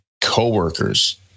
coworkers